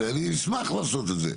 אני אשמח לעשות את זה.